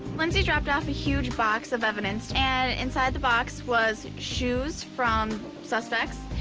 lindsey dropped off a huge box of evidence, and inside the box was shoes from suspects,